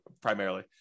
primarily